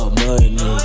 money